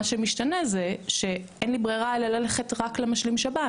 מה שמשתנה זה שאין לי ברירה אלא ללכת רק למשלים שב"ן